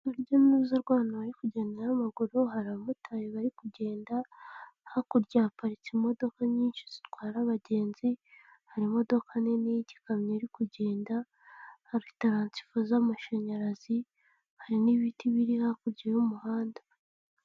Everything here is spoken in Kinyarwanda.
Urujya n'uruza rw'abantu bari kugenda n'amaguru, hari abamotari bari kugenda, hakurya haparitse imodoka nyinshi zitwara abagenzi, hari imodoka nini y'igikamyo iri kugenda, hari taransifo z'amashanyarazi, hari n'ibiti biri hakurya y'umuhanda.